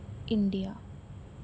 India